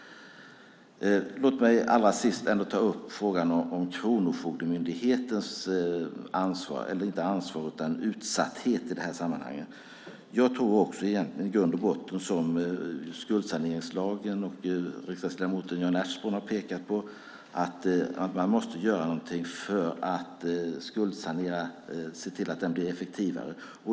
Låt mig allra sist ta upp frågan om Kronofogdemyndighetens utsatthet i det här sammanhanget. Jag tror i grund och botten att man, som riksdagsledamoten Jan Ertsborn har pekat på, måste göra någonting för att se till att skuldsaneringen blir effektivare.